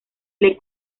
les